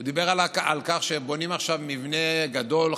הוא דיבר על כך שבונים עכשיו מבנה גדול,